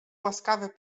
łaskawy